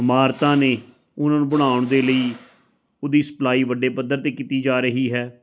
ਇਮਾਰਤਾਂ ਨੇ ਉਹਨਾਂ ਨੂੰ ਬਣਾਉਣ ਦੇ ਲਈ ਉਹਦੀ ਸਪਲਾਈ ਵੱਡੇ ਪੱਧਰ 'ਤੇ ਕੀਤੀ ਜਾ ਰਹੀ ਹੈ